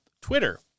Twitter